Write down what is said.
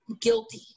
guilty